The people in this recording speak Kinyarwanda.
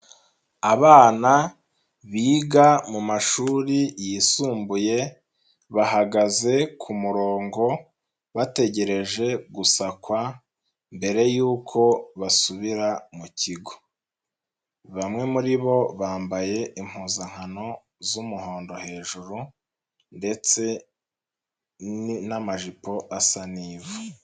Abana biga mu mashuri yisumbuye, bahagaze ku murongo, bategereje gusakwa, mbere yuko basubira mu kigo, bamwe muri bo bambaye impuzankano z'umuhondo hejuru ndetse n'amajipo asa n'ivu.